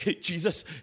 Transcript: Jesus